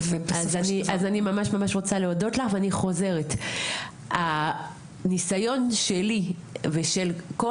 אז אני ממש ממש רוצה להודות לך ואני חוזרת הניסיון שלי ושל כל